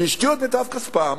שהשקיעו את מיטב כספם,